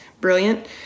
brilliant